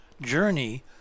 journey